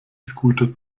scooter